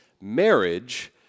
marriage